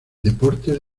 deportes